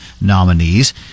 nominees